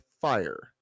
fire